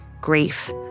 grief